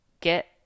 get